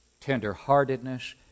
tenderheartedness